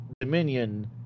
Dominion